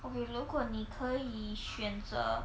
okay 如果你可以选择